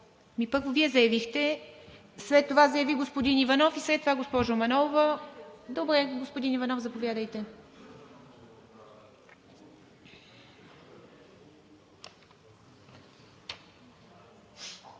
Първо Вие заявихте, след това заяви господин Иванов и след това госпожа Манолова. Добре. Господин Иванов, заповядайте.